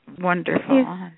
wonderful